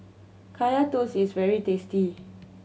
Kaya Toast is very tasty